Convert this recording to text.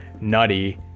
nutty